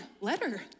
letter